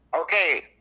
okay